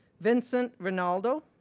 vincent rinaldo,